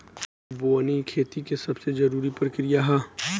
बोअनी खेती के सबसे जरूरी प्रक्रिया हअ